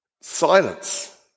silence